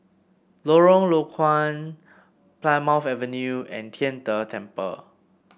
Lorong Low Koon Plymouth Avenue and Tian De Temple